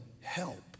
help